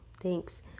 thanks